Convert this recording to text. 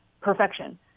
perfection